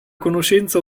conoscenza